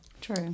True